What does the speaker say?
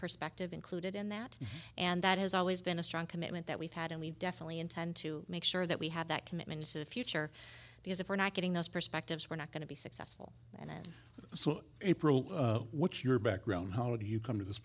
perspective included in that and that has always been a strong commitment that we've had and we definitely intend to make sure that we have that commitment in the future because if we're not getting those perspectives we're not going to be successful and so what's your background how did you come to this